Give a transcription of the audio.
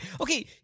Okay